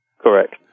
correct